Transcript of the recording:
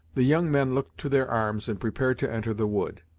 the young men looked to their arms and prepared to enter the wood.